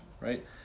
right